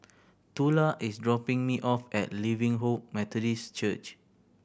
Tula is dropping me off at Living Hope Methodist Church